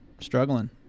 struggling